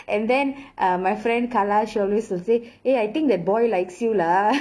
and then uh my friend karla she always will say eh I think that boy likes you lah